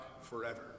forever